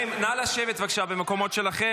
מה קרה?